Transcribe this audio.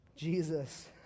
Jesus